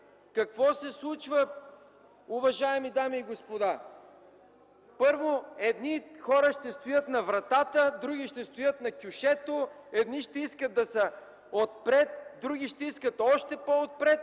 Какво се случва, уважаеми дами и господа? Първо, едни хора ще стоят на вратата, други ще стоят на кюшето, едни ще искат да са отпред, други ще искат още по-отпред.